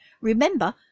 Remember